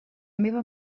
meva